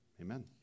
Amen